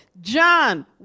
John